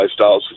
lifestyles